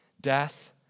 death